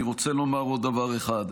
אני רוצה לומר עוד דבר אחד.